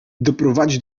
doprowadzi